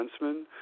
defenseman